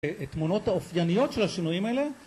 תמונות האופייניות של השינויים האלה